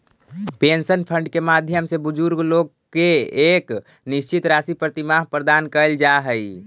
pension fund के माध्यम से बुजुर्ग लोग के एक निश्चित राशि प्रतिमाह प्रदान कैल जा हई